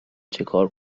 چیکار